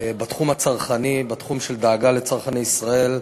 בתחום הצרכני, בתחום של דאגה לצרכני ישראל.